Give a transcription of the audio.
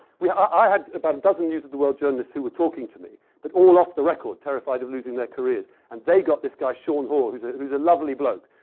i had about a dozen news of the world journalists who were talking to me, but all off the record, terrified of losing their careers. and they got this guy, sean hoare, who's who's a lovely bloke,